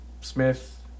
Smith